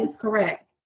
correct